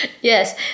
Yes